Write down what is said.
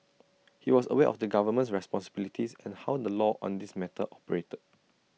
he was aware of the government's responsibilities and how the law on this matter operated